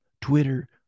Twitter